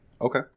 Okay